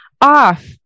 off